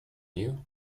you